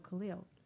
Khalil